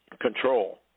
control